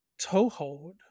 toehold